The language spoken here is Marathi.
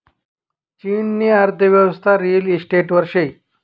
चीननी अर्थयेवस्था रिअल इशटेटवर शे